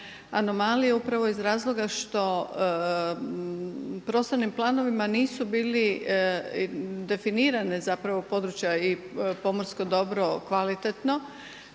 anomalije upravo iz razloga što prostornim planovima nisu bili definirane područja i pomorsko dobro kvalitetno